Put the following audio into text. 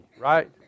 right